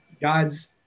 God's